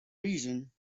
reason